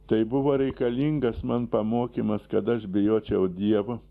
tai buvo reikalingas man pamokymas kad aš bijočiau dievo